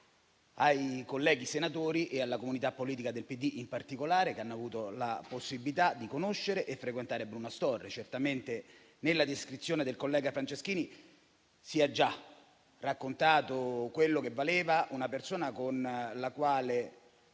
ai colleghi senatori e alla comunità politica del PD in particolare, che hanno avuto la possibilità di conoscere e frequentare Bruno Astorre. Certamente nella descrizione del collega Franceschini si è già raccontato quello che valeva: era una persona con la quale